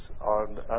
On